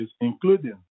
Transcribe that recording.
including